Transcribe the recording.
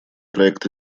проект